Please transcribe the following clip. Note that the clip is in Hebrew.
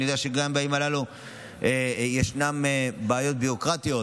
ואני יודע שגם בימים הללו ישנן בעיות ביורוקרטיות,